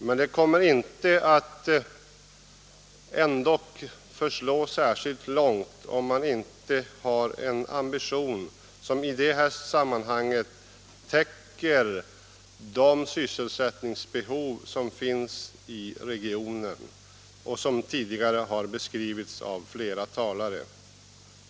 Men det kommer ändå inte att förslå särskilt långt, om man inte har en ambition som täcker de sysselsättningsbehov som finns i regionen och som tidigare har beskrivits av flera talare.